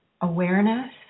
awareness